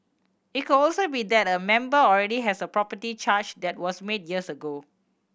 it could also be that a member already has a property charge that was made years ago